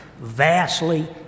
vastly